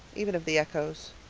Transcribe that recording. even of the echoes.